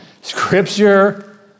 Scripture